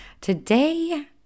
Today